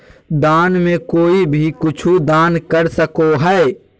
दान में कोई भी कुछु दान कर सको हइ